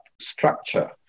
structure